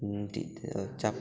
ᱢᱤᱴᱤᱡ ᱫᱚ ᱪᱟᱯᱟᱫ ᱡᱟᱞ